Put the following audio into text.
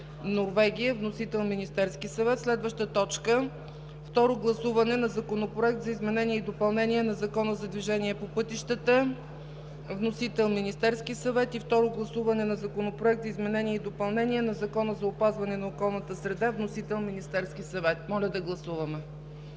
Норвегия. Вносител – Министерският съвет. 6. Второ гласуване на Законопроекта за изменение и допълнение на Закона за движение по пътищата. Вносител – Министерският съвет. 7. Второ гласуване на Законопроекта за изменение и допълнение на Закона за опазване на околната среда. Вносител – Министерският съвет. Моля, гласувайте.